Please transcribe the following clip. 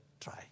Try